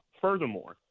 Furthermore